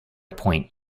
point